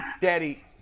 Daddy